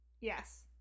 Yes